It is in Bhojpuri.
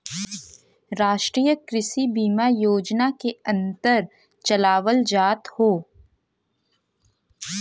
राष्ट्रीय कृषि बीमा योजना के अन्दर चलावल जात हौ